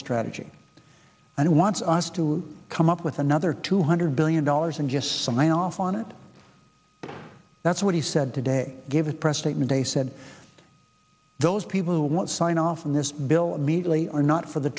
strategy and wants us to come up with another two hundred billion dollars and just i off on it that's what he said today gave a press statement they said those people won't sign off on this bill immediately are not for the